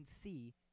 see